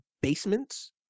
basements